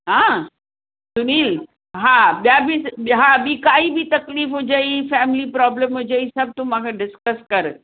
हां सुनील हा ॿिया बि ॿी काई बि तकलीफ़ ॿी काई बि तकलीफ़ हुजई फैमिली प्राब्लम्स हुजई तूं मूंखे डिस्कस कंदो कर